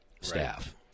staff